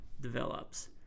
develops